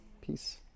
peace